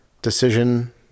Decision